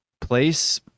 place